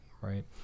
right